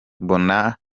mbona